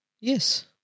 Yes